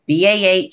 bah